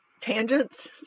tangents